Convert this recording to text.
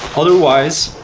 otherwise,